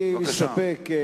אני מסתפק.